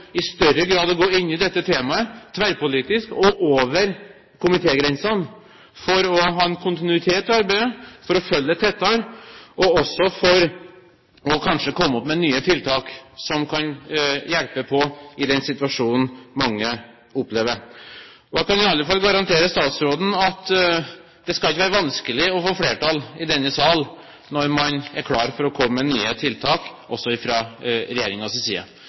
i større grad å gå inn i dette temaet tverrpolitisk og over komitégrensene for å ha en kontinuitet i arbeidet, for å følge det tettere, og også for kanskje å komme opp med nye tiltak som kan hjelpe på i den situasjonen mange opplever. Jeg kan i alle fall garantere statsråden at det ikke skal være vanskelig å få flertall i denne salen når man er klar for å komme med nye tiltak også fra regjeringens side.